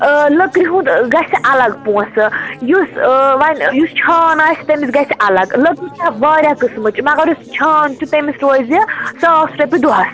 لٔکٕرِِ ہُنٛد گژھِ الگ پۄنٛسہٕ یُس وۅنۍ یُس چھان آسہِ تٔمِس گژھِ الگ لٔکٕر چھِ واریاہ قٔسمٕچ مگر یُس چھان چھُ تٔمِس روزِ ساس رۄپیہِ دۄہَس